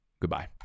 goodbye